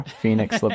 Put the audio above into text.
phoenix